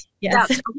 Yes